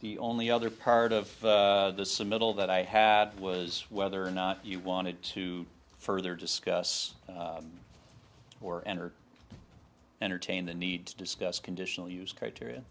the only other part of the middle that i had was whether or not you wanted to further discuss or enter entertain the need to discuss conditional use criteria